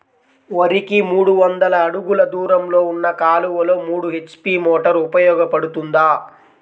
వరికి మూడు వందల అడుగులు దూరంలో ఉన్న కాలువలో మూడు హెచ్.పీ మోటార్ ఉపయోగపడుతుందా?